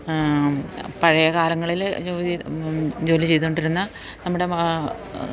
പഴയ കാലങ്ങളില് ജോലി ചെയ്തുകൊണ്ടിരുന്ന നമ്മുടെ